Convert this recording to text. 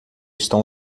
estão